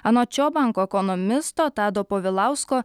anot šio banko ekonomisto tado povilausko